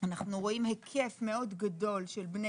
אנחנו רואים היקף מאוד גדול של בני